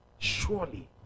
Surely